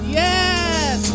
yes